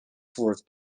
forth